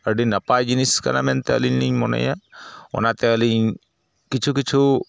ᱟᱹᱰᱤ ᱱᱟᱯᱟᱭ ᱡᱤᱱᱤᱥ ᱠᱟᱱᱟ ᱢᱮᱱᱛᱮ ᱟᱹᱞᱤᱧ ᱞᱤᱧ ᱢᱚᱱᱮᱭᱟ ᱚᱱᱟᱛᱮ ᱟᱹᱞᱤᱧ ᱠᱤᱪᱷᱩ ᱠᱤᱪᱷᱩ